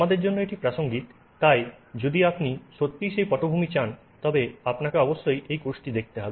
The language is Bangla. আমাদের জন্য এটি প্রাসঙ্গিক তাই যদি আপনি সত্যিই সেই পটভূমি চান তবে আপনাকে অবশ্যই এই কোর্সটি দেখতে হবে